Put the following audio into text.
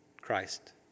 Christ